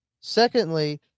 Secondly